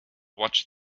watch